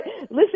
Listen